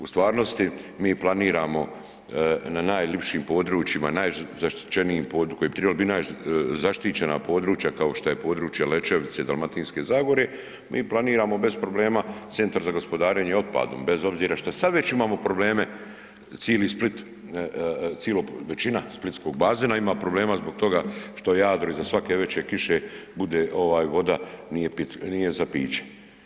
U stvarnosti mi planiramo na najlipšim područjima, najzaštićenijim područjima koje bi tribalo bit najzaštićena područja kao šta je područje Lećevice i Dalmatinske zagore, mi planiramo bez problema centar za gospodarenje otpadom bez obzira šta sad već imamo probleme, cili Split, većina splitskog bazena ima problema zbog toga što Jadro iza svake veće kiše bude ovaj voda nije za piće.